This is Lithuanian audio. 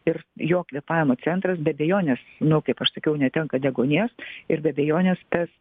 ir jo kvėpavimo centras be abejonės nu kaip aš sakiau netenka deguonies ir be abejonės tas